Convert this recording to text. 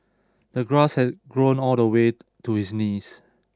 the grass had grown all the way to his knees